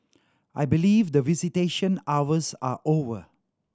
I believe the visitation hours are over